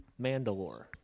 Mandalore